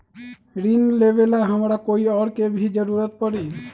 ऋन लेबेला हमरा कोई और के भी जरूरत परी?